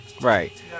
right